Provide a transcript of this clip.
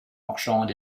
marchand